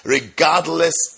Regardless